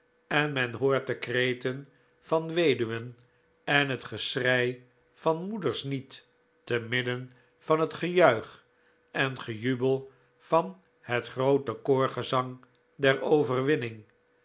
en men hoort de kreten van weduwen en het geschrei van moeders niet te midden van het gejuich en gejubel van het groote koorgezang der overwinning